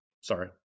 sorry